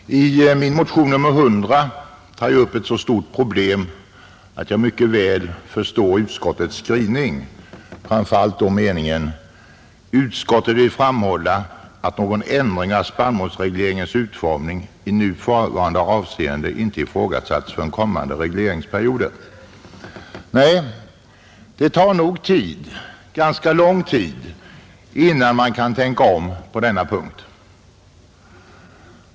Herr talman! I min motion nr 100 tar jag upp ett så stort problem att jag mycket väl förstår utskottets skrivning, framför allt meningen: ”Utskottet vill framhålla att någon ändring av spannmålsregleringens utformning i nu förevarande avseende inte ifrågasatts för den kommande regleringsperioden.” Nej, det tar nog ganska lång tid innan man kan tänka om på denna punkt.